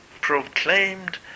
proclaimed